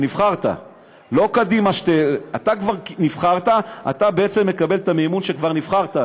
שהיא תדאג לזה שהוא יחזיר את